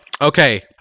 Okay